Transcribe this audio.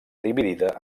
dividida